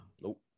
Nope